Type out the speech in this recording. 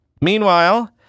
Meanwhile